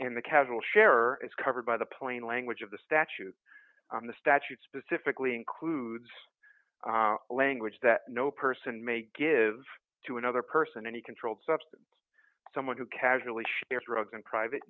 and the casual sharer is covered by the plain language of the statute the statute specifically includes language that no person may give to another person any controlled substance someone who casually shares drugs in private